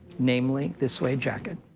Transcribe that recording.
namely, this suede jacket.